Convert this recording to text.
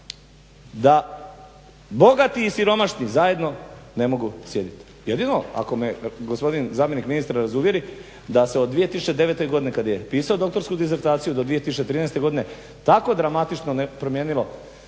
da bogati i siromašni zajedno ne mogu sjediti. Jedino ako me gospodin zamjenik ministra razuvjeri da se od 2009. godine kad je pisao doktorsku disertaciju do 2013. godine tako dramatično promijenilo